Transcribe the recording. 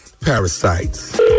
parasites